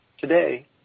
Today